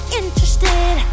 interested